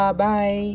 Bye